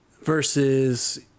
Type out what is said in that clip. Versus